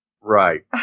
Right